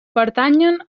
pertanyen